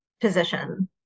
position